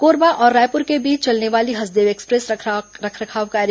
कोरबा और रायपुर के बीच चलने वाली हसदेव एक्सप्रेस रखरखाव कार्य